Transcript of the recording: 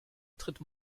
tritt